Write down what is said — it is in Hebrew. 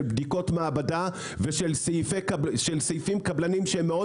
של בדיקות מעבדה ושל סעיפים קבלניים שהם מאוד